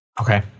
Okay